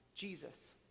Jesus